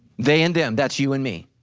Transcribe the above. they and them, that's you and me.